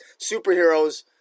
superheroes